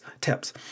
tips